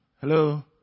Hello